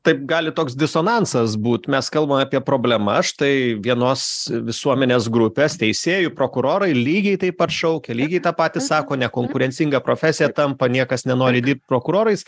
taip gali toks disonansas būt mes kalbam apie problemas štai vienos visuomenės grupės teisėjų prokurorai lygiai taip pat šaukia lygiai tą patį sako nekonkurencinga profesija tampa niekas nenori dirbt prokurorais